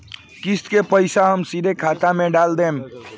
किस्त के पईसा हम सीधे खाता में डाल देम?